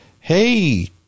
hey